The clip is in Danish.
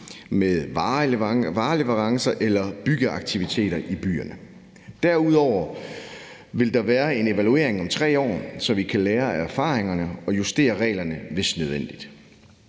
med vareleverancer eller byggeaktiviteter i byerne. Derudover vil der være en evaluering om 3 år, så vi kan lære af erfaringerne og justere reglerne, hvis det er nødvendigt.